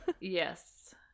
Yes